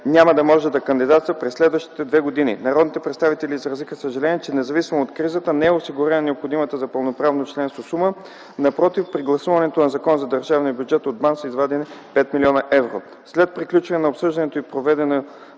няма да може да кандидатства през следващите две години. Народните представители изразиха съжаление, че независимо от кризата не е осигурена необходимата за пълноправно членство сума, напротив, при гласуването на Закона за държавния бюджет от БАН са извадени 5 млн. евро. След приключване на обсъждането и проведеното